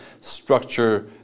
structure